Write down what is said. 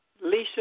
Lisa